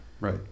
right